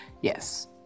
yes